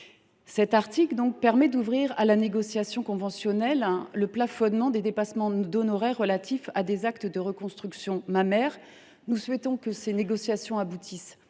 Cet article ouvre à la négociation conventionnelle le plafonnement des dépassements d’honoraires relatifs à des actes de reconstruction mammaire. Nous souhaitons que de telles négociations aboutissent